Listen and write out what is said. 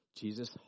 Jesus